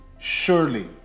surely